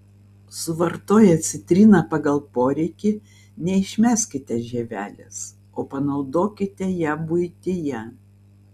suvartoję citriną pagal poreikį neišmeskite žievelės o panaudokite ją buityje